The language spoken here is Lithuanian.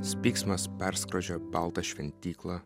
spygsmas perskrodžia baltą šventyklą